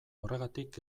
horregatik